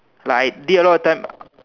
like I did a lot of time